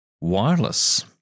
wireless